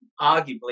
arguably